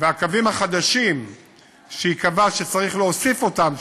והקווים החדשים שייקבע שצריך להוסיף אותם,